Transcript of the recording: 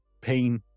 pain